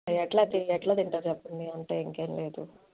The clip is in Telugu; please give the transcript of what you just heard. అవి ఎలా ఎలా తింటారు చెప్పండి అంటే ఇంకేమి లేదు